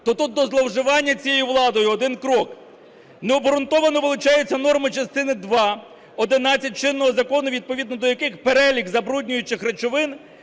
то тут до зловживання цією владою один крок. Необґрунтовано вилучаються норми частини 2, 11 чинного закону, відповідно до яких перелік забруднюючих речовин